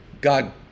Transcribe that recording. God